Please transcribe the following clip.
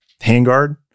handguard